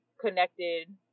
connected